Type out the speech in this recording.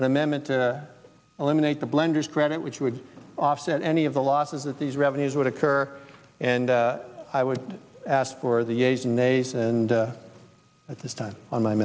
an amendment to eliminate the blenders credit which would offset any of the losses that these revenues would occur and i would ask for the a's and they send at this time on my